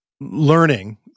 learning